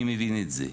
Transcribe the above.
אני מבין את זה.